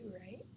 right